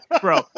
bro